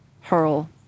hurl